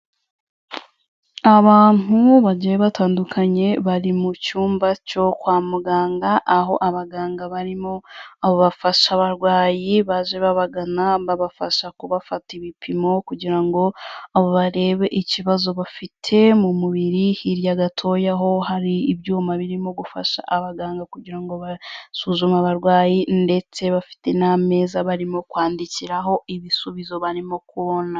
Abantu bagiye batandukanye bari mu cyumba cyo kwa muganga, aho abaganga barimo bafasha abarwayi baje babagana, babafasha kubafata ibipimo, kugira ngo barebe ikibazo bafite mu mubiri, hirya gatoya ho hari ibyuma birimo gufasha abaganga, kugira ngo basuzume abarwayi, ndetse bafite n'ameza barimo kwandikiraho ibisubizo barimo kubona.